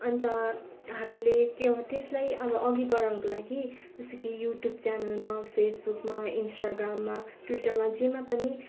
अन्त हामीले के हो त्यसलाई अब अघि बढाउनको लागि जस्तै कि यु ट्युब च्यानलमा फेसबुकमा इन्स्टाग्राममा ट्विटरमा जेमा पनि